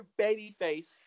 babyface